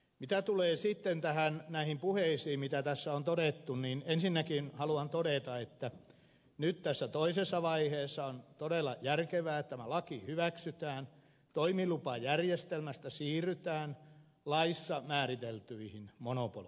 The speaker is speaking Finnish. mitä tulee sitten näihin puheisiin mitä tässä on todettu niin ensinnäkin haluan todeta että nyt tässä toisessa vaiheessa on todella järkevää että tämä laki hyväksytään toimilupajärjestelmästä siirrytään laissa määriteltyihin monopoleihin